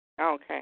Okay